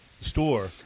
store